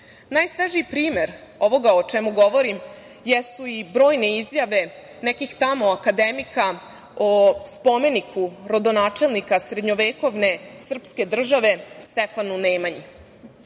istoriji. Najsvežiji primer ovog o čemu govorim jesu i brojne izjave nekih tamo akademika o spomeniku rodonačelnika srednjovekovne srpske države, Stefanu Nemanji.